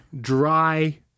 Dry